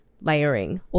Layering